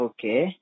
Okay